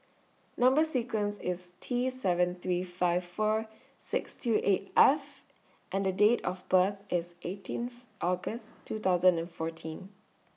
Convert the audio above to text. Number sequence IS T seven three five four six two eight F and Date of birth IS eighteenth August two thousand and fourteen